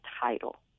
title